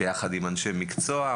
ביחד עם אנשי מקצוע,